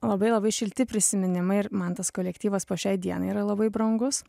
labai labai šilti prisiminimai ir man tas kolektyvas po šiai dienai yra labai brangus